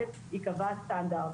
ייקבע הסטנדרט,